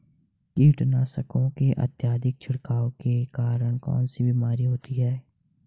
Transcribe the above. कीटनाशकों के अत्यधिक छिड़काव के कारण कौन सी बीमारी होती है?